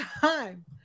time